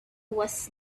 was